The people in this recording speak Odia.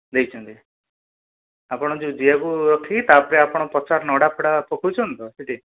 ଦେଇଛନ୍ତି ଆପଣ ଯେଉଁ ଜିଆକୁ ରଖିକି ତା'ଉପରେ ଆପଣ ପଚା ନଡ଼ା ଫଡା ପକଉଛନ୍ତି ତ ସେଠି